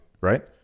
right